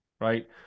Right